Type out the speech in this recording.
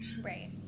Right